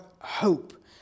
hope